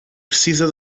precisa